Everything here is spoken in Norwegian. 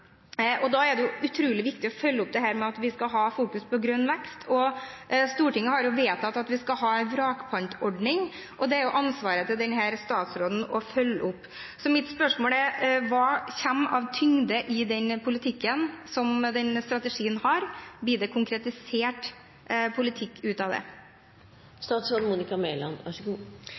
og da er det utrolig viktig å følge opp dette med at vi skal ha fokus på grønn vekst. Stortinget har vedtatt at vi skal ha en vrakpantordning, og det er det jo ansvaret til denne statsråden å følge opp. Så mitt spørsmål er: Hva kommer av tyngde i den politikken som den strategien har? Blir det konkretisert politikk ut av det?